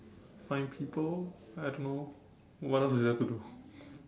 find people I don't know what else is there to do